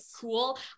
cool